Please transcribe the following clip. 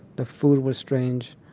the food was strange.